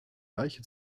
deiche